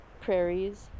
prairies